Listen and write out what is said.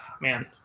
man